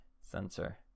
sensor